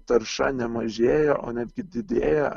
tarša ne mažėja o netgi didėja